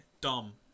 dumb